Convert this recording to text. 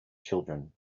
children